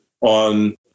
on